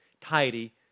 tidy